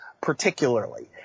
particularly